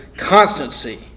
constancy